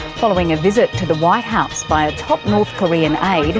following a visit to the white house by a top north korean aide,